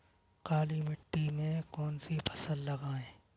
काली मिट्टी में कौन सी फसल लगाएँ?